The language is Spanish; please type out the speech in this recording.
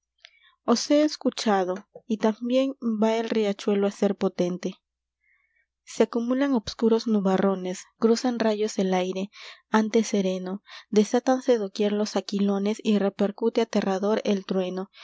os he escuchado y también va el riachuelo á ser potente se acumulan obscuros nubarrones cruzan rayos el aire antes sereno desátanse doquier los aquilones y repercute aterrador el trueno